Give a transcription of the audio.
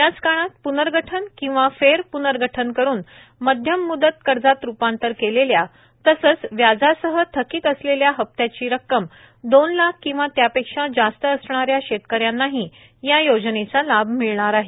याच काळात प्नर्गठन किंवा फेरप्नर्गठन करून मध्यम मुदत कर्जात रूपांतर केलेल्या तसंच व्याजासह थकित असलेल्या हप्त्याची रक्कम दोन लाख किंवा त्यापेक्षा जास्त असणाऱ्या शेतकऱ्यांनाही या योजनेचा लाभ मिळणार आहे